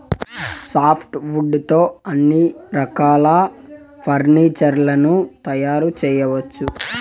soft wood తో అన్ని రకాల ఫర్నీచర్ లను తయారు చేయవచ్చు